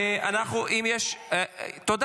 זה לא נורמלי, כל אחד עושה מה שהוא רוצה.